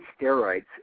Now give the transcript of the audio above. steroids